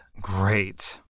Great